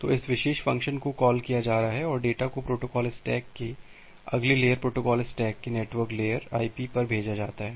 तो इस विशेष फ़ंक्शन को कॉल किया जा रहा है और डेटा को प्रोटोकॉल स्टैक की अगली लेयर प्रोटोकॉल स्टैक की नेटवर्क लेयर आईपी पर भेजा जाता है